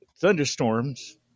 thunderstorms